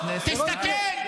להגיד: תתנגדו,